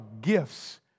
gifts